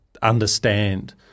Understand